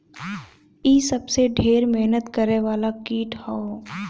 इ सबसे ढेर मेहनत करे वाला कीट हौ